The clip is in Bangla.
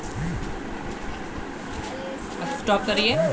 ডিজিটাল ইন্ডিয়া একটি সরকারি প্রকল্প যেটির অধীনে সমস্ত কাজ ডিজিটালাইসড ভাবে করা হয়